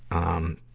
um,